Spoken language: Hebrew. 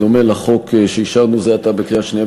בדומה לחוק שאישרנו זה עתה בקריאה שנייה